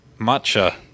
matcha